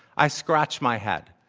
i scratch my head.